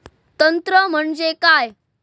तंत्र म्हणजे काय असा?